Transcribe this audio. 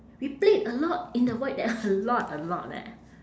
we played a lot in the void deck a lot a lot leh